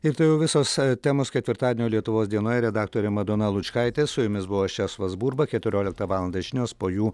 ir tai jau visos temos ketvirtadienio lietuvos dienoje redaktorė madona lučkaitė su jumis buvau aš česlovas burba keturioliktą valandą žinios po jų